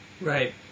Right